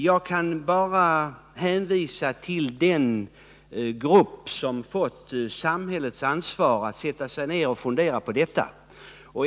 Jag kan bara hänvisa till den grupp som fått samhällets förtroende att sätta sig ned och fundera på detta.